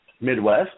Midwest